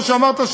כמו שאמרת,